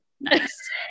Nice